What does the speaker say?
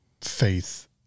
faith